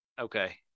Okay